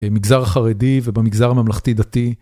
במגזר החרדי ובמגזר הממלכתי-דתי.